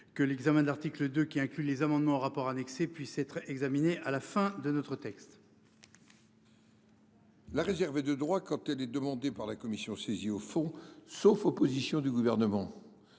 que l'examen de l'article 2, qui inclut les amendements rapport annexé puisse être examiné à la fin de notre texte. La de droit quand elle est demandée par la commission saisie au fond sauf opposition du gouvernement.